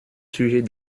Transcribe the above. sujet